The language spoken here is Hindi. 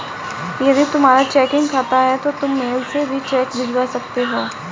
यदि तुम्हारा चेकिंग खाता है तो तुम मेल से भी चेक भिजवा सकते हो